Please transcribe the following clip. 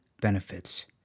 benefits